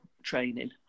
Training